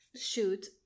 shoot